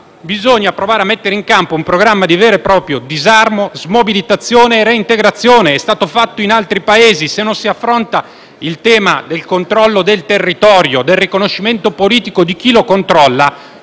Bisogna provare a mettere in campo un programma di vero e proprio disarmo, smobilitazione e reintegrazione, come è stato fatto in altri Paesi; se non si affronta il tema del controllo del territorio, del riconoscimento politico di chi lo controlla,